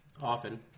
often